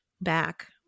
back